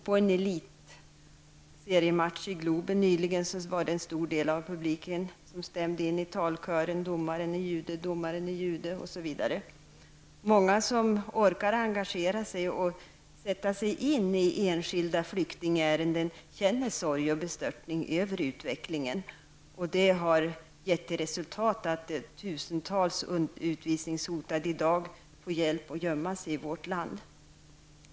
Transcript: På en elitseriematch i Globen nyligen stämde en stor del av publiken in i talkören Många som orkar engagera sig och sätta sig in i enskilda flyktingärenden känner sorg och bestörtning över utvecklingen. Det har gett till resultat att tusentals utvisningshotade i dag får hjälp att gömma sig i vårt land.